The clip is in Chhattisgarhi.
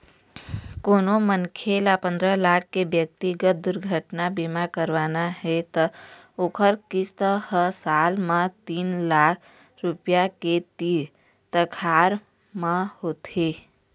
कोनो मनखे ल पंदरा लाख के ब्यक्तिगत दुरघटना बीमा करवाना हे त ओखर किस्त ह साल म तीन लाख रूपिया के तीर तखार म होथे